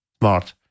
smart